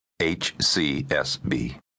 HCSB